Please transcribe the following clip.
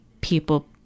people